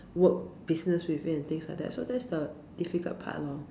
work business with you and things like that so that's the difficult part loh